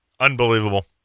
Unbelievable